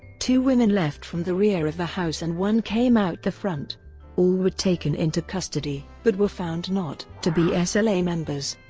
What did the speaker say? two women left from the rear of the house and one came out the front all were taken into custody, but were found not to be ah sla members.